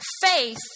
faith